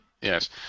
Yes